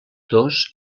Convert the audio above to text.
dos